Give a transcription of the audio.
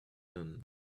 nun